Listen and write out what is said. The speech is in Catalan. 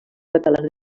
catalana